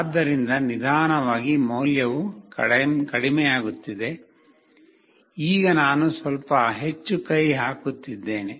ಆದ್ದರಿಂದ ನಿಧಾನವಾಗಿ ಮೌಲ್ಯವು ಕಡಿಮೆಯಾಗುತ್ತಿದೆ ಈಗ ನಾನು ಸ್ವಲ್ಪ ಹೆಚ್ಚು ಕೈ ಹಾಕುತ್ತಿದ್ದೇನೆ